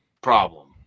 problem